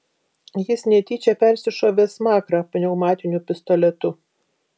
jis netyčia persišovė smakrą pneumatiniu pistoletu